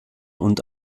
und